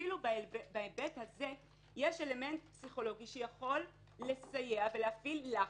אפילו בהיבט הזה יש אלמנט פסיכולוגי שיכול לסייע ולהפעיל לחץ.